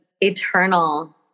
eternal